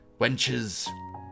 wenches